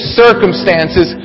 circumstances